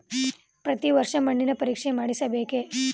ಪ್ರತಿ ವರ್ಷ ಮಣ್ಣಿನ ಪರೀಕ್ಷೆ ಮಾಡಿಸಬೇಕೇ?